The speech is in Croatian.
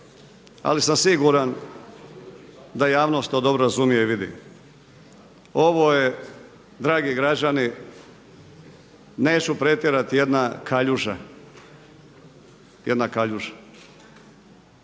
ali sam siguran da javnost to dobro razumije i vidi. Ovo je, dragi građani, neću pretjerati, jedna kaljuža. Jedna kaljuža.